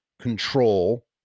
control